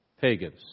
pagans